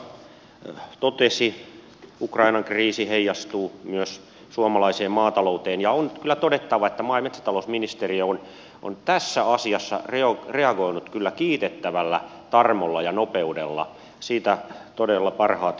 ministeri jo tuossa totesi että ukrainan kriisi heijastuu myös suomalaiseen maatalouteen ja on kyllä todettava että maa ja metsätalousministeriö on tässä asiassa reagoinut kyllä kiitettävällä tarmolla ja nopeudella siitä todella parhaat kiitokset